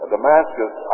Damascus